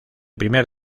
primer